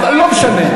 אבל לא משנה.